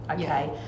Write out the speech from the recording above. Okay